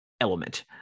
element